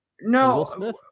no